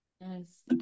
Yes